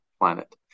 planet